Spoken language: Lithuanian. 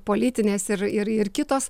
politinės ir ir ir kitos